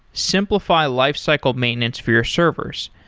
simplify lifecycle maintenance for your servers.